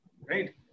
Right